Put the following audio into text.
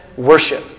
worship